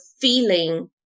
feeling